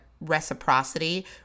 reciprocity